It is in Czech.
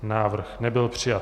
Návrh nebyl přijat.